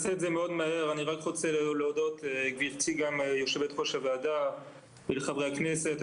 אני רק רוצה להודות לגבירתי יושבת-ראש הוועדה ולחברי הכנסת.